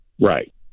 Right